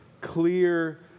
clear